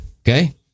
okay